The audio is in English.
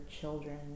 children